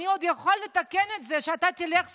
אני עוד אוכל לתקן את זה כשאתה תלך סוף-סוף,